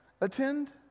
attend